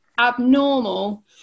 abnormal